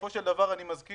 המחויבים.